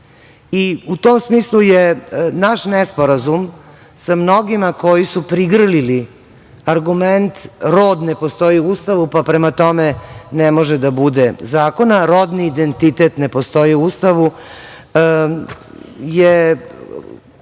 U tom smislu je naš nesporazum sa mnogima koji su prigrlili argument rod ne postoji u Ustavu pa prema tome ne može da bude zakon, a rodni identitet ne postoji u Ustavu, je